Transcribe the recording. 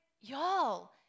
y'all